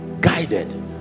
guided